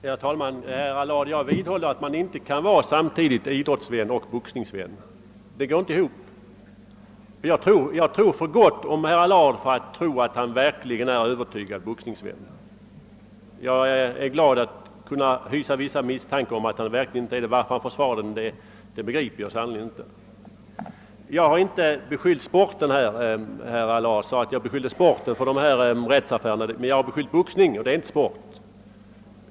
Herr talman! Jag vidhåller, herr Allard, att man inte samtidigt kan vara idrottsvän och boxningsvän. Jag tror för gott om herr Allard för att tro att han verkligen är en övertygad boxningsvän och är glad att kunna hysa vissa misstankar om att han i verkligheten inte är det. Varför han försvarar boxningen begriper jag sannerligen inte. Herr Allard sade att jag beskyller sporten för dessa rättsaffärer, men jag beskyllde boxningen för dem och den är inte sport.